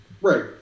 Right